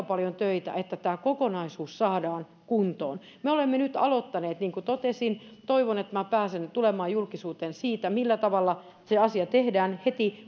paljon töitä että tämä kokonaisuus saadaan kuntoon me olemme nyt aloittaneet niin kuin totesin toivon että pääsen nyt tulemaan julkisuuteen siitä millä tavalla se asia tehdään heti